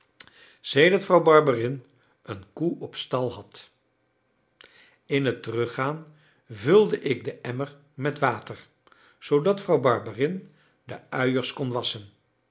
sedert vrouw barberin een koe op stal had in het teruggaan vulde ik den emmer met water zoodat vrouw barberin de uiers kon wassen